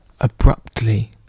abruptly